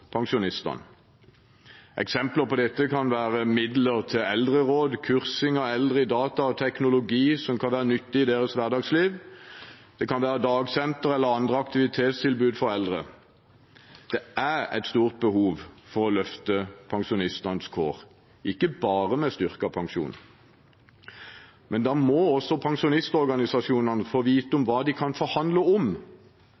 pensjonistene. Eksempler på dette kan være midler til eldreråd eller kursing av eldre i datateknologi, som kan være nyttig i deres hverdagsliv. Det kan være dagsenter eller andre aktivitetstilbud for eldre. Det er et stort behov for å løfte pensjonistenes kår, ikke bare med styrket pensjon – men da må også pensjonistorganisasjonene få vite hva de kan forhandle om.